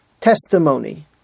Testimony